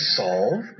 solve